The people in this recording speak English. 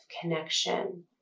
connection